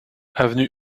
avenue